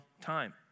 time